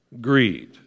greed